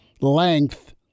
length